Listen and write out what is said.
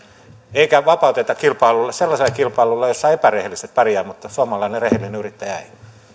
eikä vapauteta kilpailulle sellaiselle kilpailulle jossa epärehelliset pärjäävät mutta suomalainen rehellinen yrittäjä ei